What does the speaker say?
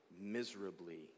miserably